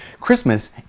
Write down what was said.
Christmas